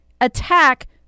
attack